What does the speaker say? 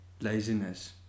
laziness